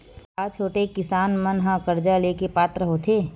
का छोटे किसान मन हा कर्जा ले के पात्र होथे?